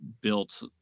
built